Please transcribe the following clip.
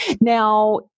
Now